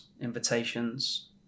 invitations